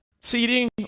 seating